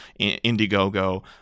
Indiegogo